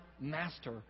master